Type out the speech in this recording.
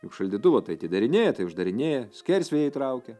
juk šaldytuvą tai atidarinėja tai uždarinėja skersvėjai traukia